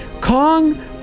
Kong